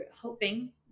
hoping